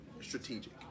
strategic